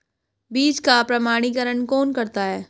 बीज का प्रमाणीकरण कौन करता है?